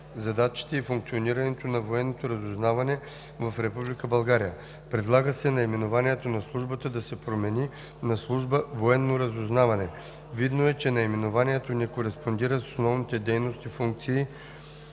задачите и функционирането на военното разузнаване в Република България. Предлага се наименованието на Службата да се промени на Служба „Военно разузнаване“. Видно е, че наименованието не кореспондира с основните дейности, функции